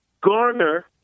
garner